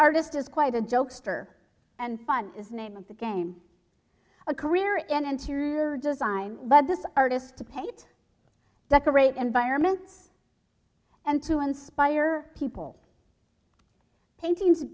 artist is quite a jokester and fun is name of the game a career in interior design but this artist paid decorate environments and to inspire people painting to